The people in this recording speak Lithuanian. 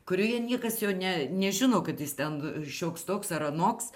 kurioje niekas jo ne nežino kad jis ten šioks toks ar anoks